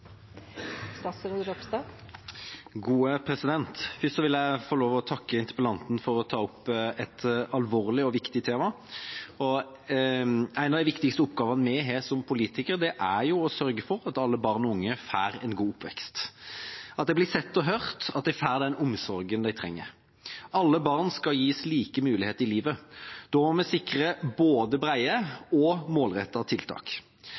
Først vil jeg få lov til å takke interpellanten for at hun tar opp et alvorlig og viktig tema. En av de viktigste oppgavene vi har som politikere, er å sørge for at alle barn og unge får en god oppvekst – at de blir sett og hørt, og at de får den omsorgen de trenger. Alle barn skal gis lik mulighet i livet. Da må vi sikre både brede og målrettede tiltak.